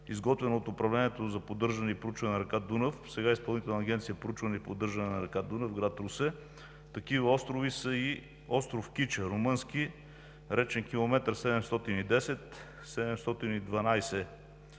изготвени от Управлението за поддържане и проучване на река Дунав – сега Изпълнителна агенция за проучване и поддържане на река Дунав в град Русе, такива острови са и остров Кичу – румънски, речен км 710 до 712